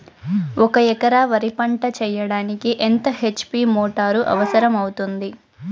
ఒక ఎకరా వరి పంట చెయ్యడానికి ఎంత హెచ్.పి మోటారు అవసరం అవుతుంది?